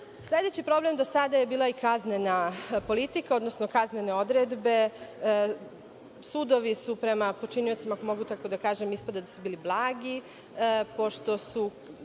nasilje. Sledeći problem do sada je bila i kaznena politika, odnosno kaznene odredbe. Sudovi su prema počiniocima, ako mogu tako da kažem, bili blagi, pošto su